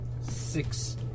six